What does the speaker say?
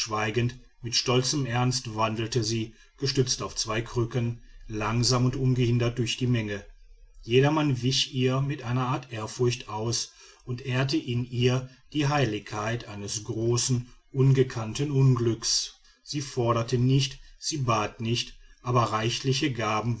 mit stolzem ernst wandelte sie gestützt auf zwei krücken langsam und ungehindert durch die menge jedermann wich ihr mit einer art ehrfurcht aus und ehrte in ihr die heiligkeit eines großen ungekannten unglücks sie forderte nicht sie bat nicht aber reichliche gaben